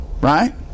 right